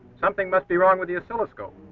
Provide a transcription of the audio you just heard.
something must be wrong with the oscilloscope.